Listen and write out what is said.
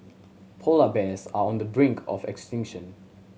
polar bears are on the brink of extinction